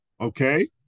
Okay